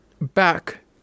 back